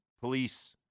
police